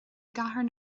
gcathair